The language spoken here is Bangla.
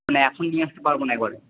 মানে এখন নিয়ে আসতে পারব না একবারে